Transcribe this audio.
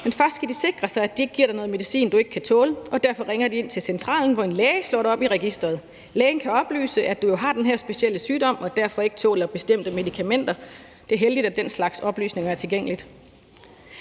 men først skal de sikre sig, at de ikke giver dig noget medicin, du ikke kan tåle, og derfor ringer de ind til centralen, hvor en læge slår det op i registeret. Lægen kan oplyse, at du har den her specielle sygdom og derfor ikke tåler bestemte medikamenter. Det er heldigt, den slags oplysninger er tilgængelige.